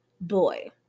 boy